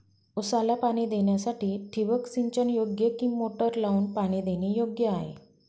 ऊसाला पाणी देण्यासाठी ठिबक सिंचन योग्य कि मोटर लावून पाणी देणे योग्य आहे?